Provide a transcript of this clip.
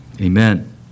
Amen